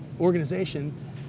organization